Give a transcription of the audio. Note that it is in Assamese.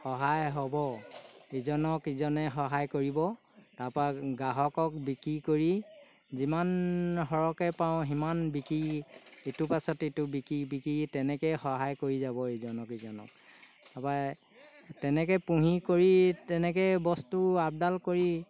সহায় হ'ব ইজনক ইজনে সহায় কৰিব তাৰপৰা গ্ৰাহকক বিক্ৰী কৰি যিমান সৰহকৈ পাওঁ সিমান বিকি ইটোৰ পাছত ইটো বিকি বিকি তেনেকৈয়ে সহায় কৰি যাব ইজনক ইজনক তাৰপৰা তেনেকৈ পুহি কৰি তেনেকৈ বস্তু আপডাল কৰি